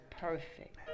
perfect